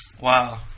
Wow